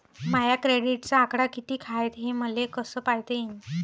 माया क्रेडिटचा आकडा कितीक हाय हे मले कस पायता येईन?